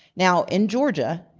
now in georgia,